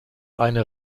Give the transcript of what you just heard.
eine